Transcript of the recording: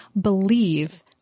believe